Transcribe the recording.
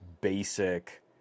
basic